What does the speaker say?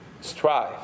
strive